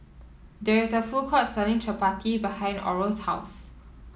There is a food court selling Chappati behind Oral's house